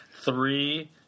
Three